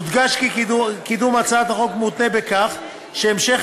יודגש כי קידום הצעת החוק מותנה בכך שהמשך